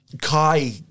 Kai